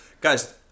Guys